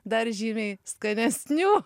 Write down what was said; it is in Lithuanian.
dar žymiai skanesnių